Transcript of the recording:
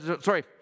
sorry